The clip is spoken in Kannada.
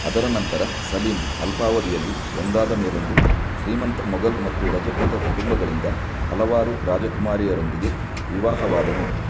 ಅದರ ನಂತರ ಸಲೀಮ್ ಅಲ್ಪಾವಧಿಯಲ್ಲಿ ಒಂದಾದ ಮೇಲೊಂದು ಶ್ರೀಮಂತ ಮೊಘಲ್ ಮತ್ತು ರಜಪೂತ ಕುಟುಂಬಗಳಿಂದ ಹಲವಾರು ರಾಜಕುಮಾರಿಯರೊಂದಿಗೆ ವಿವಾಹವಾದನು